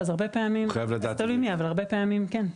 תלוי מי, אבל הרבה פעמים כן.